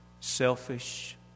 Selfish